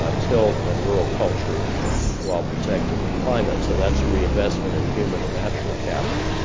ah tilth and rural culture while protecting the climate so that's a reinvestment in human and natural capital.